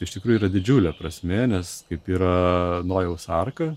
iš tikrųjų yra didžiulė prasmė nes kaip yra nojaus arka